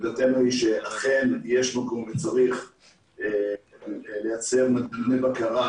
עמדתנו היא שאכן יש מקום וצריך לייצר מנגנוני בקרה,